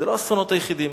זה לא האסונות היחידים.